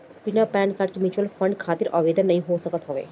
बिना PAN card के mutual fund खातिर आवेदन नाइ हो सकत हवे